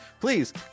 please